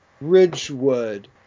Ridgewood